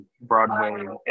Broadway